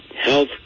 health